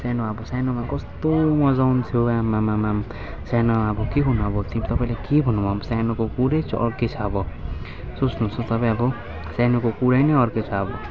सानो अब सानोमा कस्तो मज्जा आउँथ्यो आमामामा सानोमा अब के गर्नु अब तपाईँलाई के भन्नु अब सानोको कुरै अर्कै छ अब सोच्नुहोस् त तपाईँ अब सानोको कुरै नै अर्कै छ अब